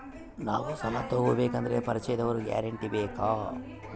ನಾವು ಸಾಲ ತೋಗಬೇಕು ಅಂದರೆ ಪರಿಚಯದವರ ಗ್ಯಾರಂಟಿ ಬೇಕಾ?